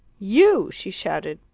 you! she shouted,